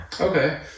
Okay